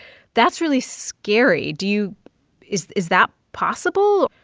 that's really scary. do you is is that possible?